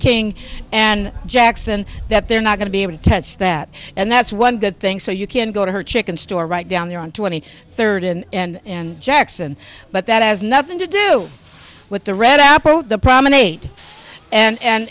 king and jackson that they're not going to be able to touch that and that's one good thing so you can go to her chicken store right down there on twenty third and jackson but that has nothing to do with the red apple the promenade and